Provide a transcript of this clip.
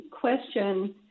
question